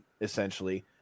essentially